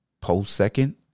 post-second